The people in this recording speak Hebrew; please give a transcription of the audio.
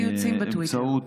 ציוצים בטוויטר.